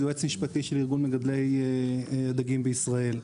יועץ משפטי של ארגון מגדלי הדגים בישראל.